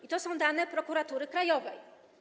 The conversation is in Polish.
I to są dane Prokuratury Krajowej.